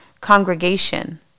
congregation